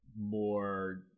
more